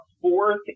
fourth